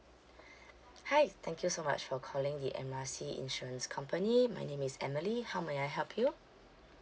hi thank you so much for calling the M R C insurance company my name is emily how may I help you